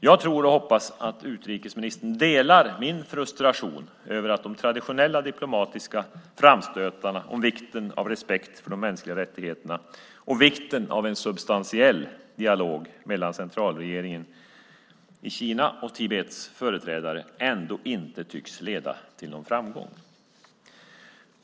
Jag tror och hoppas att utrikesministern delar min frustration över att de traditionella diplomatiska framstötarna om vikten av respekt för de mänskliga rättigheterna och vikten av en substantiell dialog mellan centralregeringen i Kina och Tibets företrädare inte tycks leda till någon framgång.